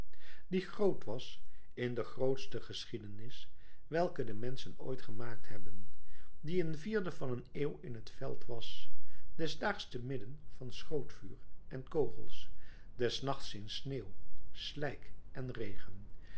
die groot was in de grootste geschiedenis welke de menschen ooit gemaakt hebben die een vierde van een eeuw in het veld was des daags te midden van schrootvuur en kogels des nachts in sneeuw slijk en regen